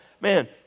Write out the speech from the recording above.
man